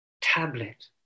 tablet